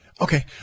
Okay